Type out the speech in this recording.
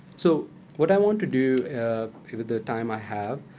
so what i want to do with the time i have,